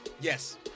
Yes